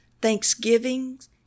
thanksgivings